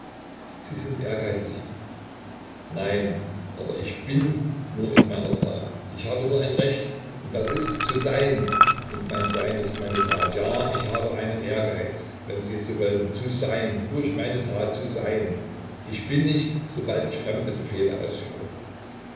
sie sind ehrgeizig nein aber ich bin nur in meiner tat ich habe nur ein recht und das ist zu sein und mein sein ist meine tat ja ich habe einen ehrgeiz wenn sie es so wollen zu sein durch meine tat zu sein ich bin nicht sobald ich fremde befehle ausführe